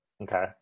Okay